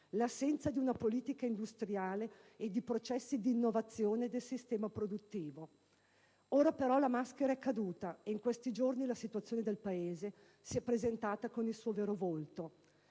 l'assenza di una politica industriale e di processi di innovazione del sistema produttivo. Ora però la maschera è caduta e in questi giorni la situazione del Paese si è presentata con il suo vero volto.